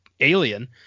Alien